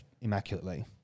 immaculately